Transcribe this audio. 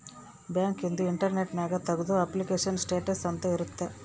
bank ಇಂದು internet ನ್ಯಾಗ ತೆಗ್ದು ಅಪ್ಲಿಕೇಶನ್ ಸ್ಟೇಟಸ್ ಅಂತ ಇರುತ್ತ